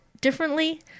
differently